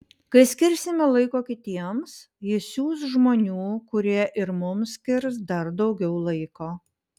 kai skirsime laiko kitiems jis siųs žmonių kurie ir mums skirs dar daugiau laiko